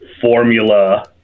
formula